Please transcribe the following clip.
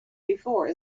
before